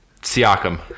Siakam